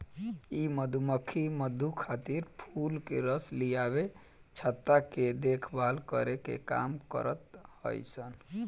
इ मधुमक्खी मधु खातिर फूल के रस लियावे, छत्ता के देखभाल करे के काम करत हई सन